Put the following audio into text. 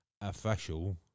official